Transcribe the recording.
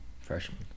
freshman